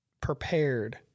prepared